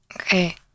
okay